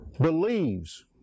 believes